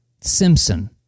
Simpson